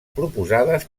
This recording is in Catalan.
proposades